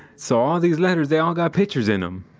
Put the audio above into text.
so all these letters, they all got pictures in em.